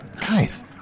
guys